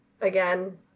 again